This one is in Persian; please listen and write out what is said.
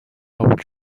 قبول